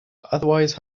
otherwise